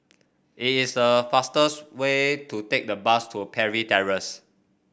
it is a fastest way to take the bus to Parry Terrace